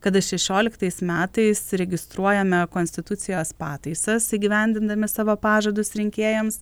kada šešioliktais metais registruojame konstitucijos pataisas įgyvendindami savo pažadus rinkėjams